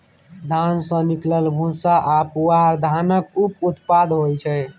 धान सँ निकलल भूस्सा आ पुआर धानक उप उत्पाद होइ छै